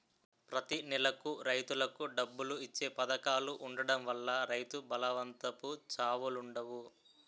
ప్రతి నెలకు రైతులకు డబ్బులు ఇచ్చే పధకాలు ఉండడం వల్ల రైతు బలవంతపు చావులుండవు